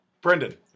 Brendan